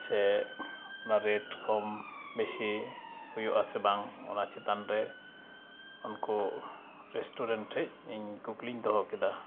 ᱥᱮ ᱚᱱᱟ ᱨᱮᱴ ᱠᱚᱢ ᱵᱮᱥᱤ ᱦᱩᱭᱩᱜᱼᱟ ᱥᱮ ᱵᱟᱝ ᱚᱱᱟ ᱪᱮᱛᱟᱱᱨᱮ ᱩᱱᱠᱩ ᱨᱮᱥᱴᱩᱨᱮᱱᱴ ᱴᱷᱮᱱ ᱤᱧ ᱠᱩᱠᱞᱤᱧ ᱫᱚᱦᱚ ᱠᱮᱫᱟ